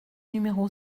numéro